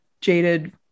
jaded